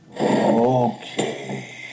Okay